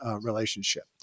relationship